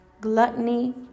gluttony